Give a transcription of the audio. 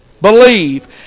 believe